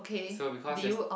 so because yester~